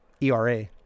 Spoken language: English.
ERA